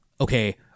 okay